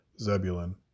Zebulun